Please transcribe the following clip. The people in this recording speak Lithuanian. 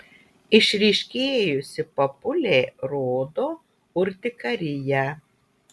išryškėjusi papulė rodo urtikariją